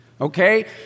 okay